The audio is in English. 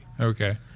Okay